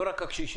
לא רק הקשישים.